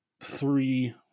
three